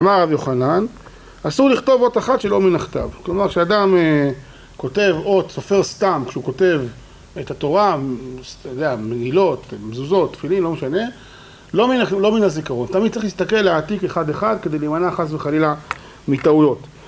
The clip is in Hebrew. אמר רבי אוחנן אסור לכתוב אות אחת שלא מן הכתב, כלומר כשאדם כותב אות סופר סתם כשהוא כותב את התורה מנילות, מזוזות, תפילים, לא משנה, לא מן הזיכרון, תמיד צריך להסתכל לעתיק אחד אחד כדי להימנע חס וחלילה מטעויות